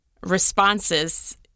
responses